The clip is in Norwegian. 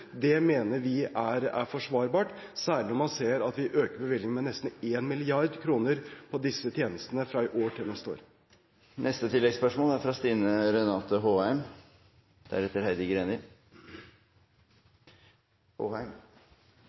Det mener vi kan forsvares, særlig når man ser at vi øker bevilgningene med nesten 1 mrd. kr til disse tjenestene fra i år til neste år. Stine Renate Håheim – til oppfølgingsspørsmål. Det er